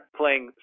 playing